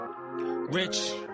Rich